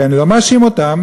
ואני לא מאשים אותם,